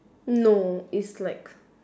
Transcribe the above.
no it's like